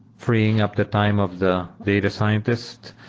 freeing up the time of the data scientist.